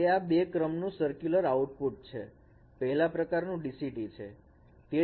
તે આ બે ક્રમ નું સર્ક્યુલર આઉટપુટ પહેલા પ્રકારનું DCT છે